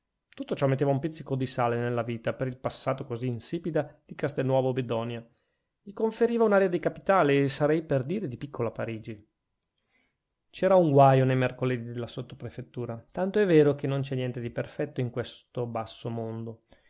tutto ciò metteva un pizzico di sale nella vita per il passato così insipida di castelnuovo bedonia gli conferiva un'aria di capitale e sarei per dire di piccola parigi c'era un guaio nei mercoledì della sottoprefettura tanto è vero che non c'è niente di perfetto in questo basso mondo